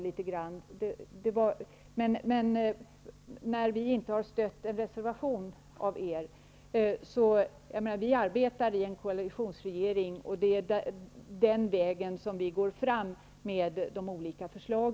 Anledningen till att vi inte har stött någon reservation av er är att vi arbetar i en koalitionsregering. Det är den vägen som vi går fram med våra olika förslag.